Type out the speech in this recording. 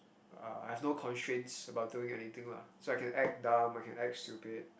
uh I have no constraints about doing anything lah so I can act dumb I can act stupid